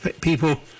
People